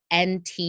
NT